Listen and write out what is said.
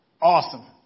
awesome